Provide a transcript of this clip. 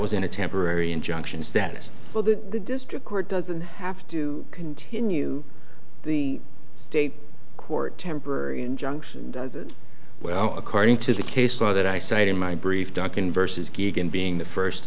was in a temporary injunction status well that the district court doesn't have to continue the state court temporary injunction does it well according to the case law that i cite in my brief dokken versus gagan being the first